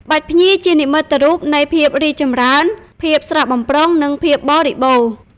ក្បាច់ភ្ញី ជានិមិត្តរូបនៃភាពរីកចម្រើន ភាពស្រស់បំព្រង និងភាពបរិបូរណ៍។